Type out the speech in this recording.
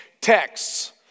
texts